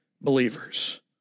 believers